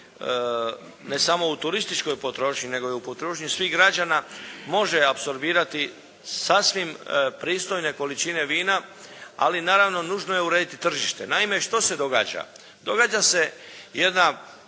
ne samo u turističkoj potrošnji nego u potrošnji svih građana može apsorbirati sasvim pristojne količine vina, ali naravno nužno je urediti tržište. Naime, što se događa? Događa se jedna